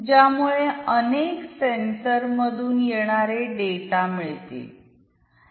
ज्यामुळे अनेक सेन्सरमधुनयेणारे डेटा मिळतील